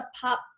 pop